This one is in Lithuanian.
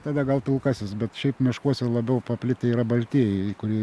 tada gal pilkasis bet šiaip miškuose labiau paplitę yra baltieji kurie